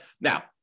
Now